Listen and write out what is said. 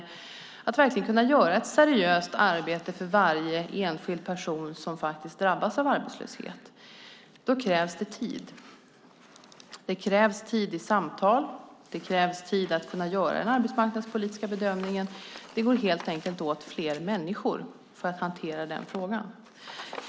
För att verkligen kunna göra ett seriöst arbete för varje enskild person som drabbas av arbetslöshet krävs det tid. Det krävs tid i samtal och för att kunna göra den arbetsmarknadspolitiska bedömningen. Det går helt enkelt åt fler människor för att hantera den frågan.